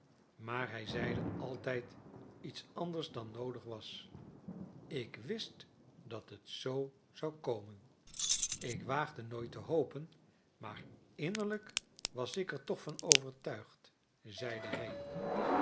maar hij zeide altijd iets anders dan noodig was ik wist dat het zoo zou komen ik waagde nooit te hopen maar innerlijk was ik er toch van overtuigd zeide hij